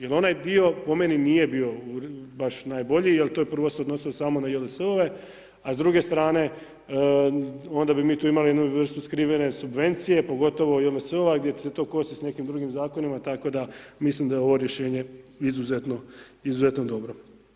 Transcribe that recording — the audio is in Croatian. Jer onaj dio po meni nije bio baš najbolji jer to je prvo se odnosilo samo na JLS-ove a s druge strane onda bi mi tu imali jednu vrstu skrivene subvencije pogotovo JLS-ova gdje se to kosi sa nekim drugim zakonima, tako da mislim da je ovo rješenje izuzetno, izuzetno dobro.